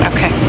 Okay